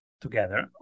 together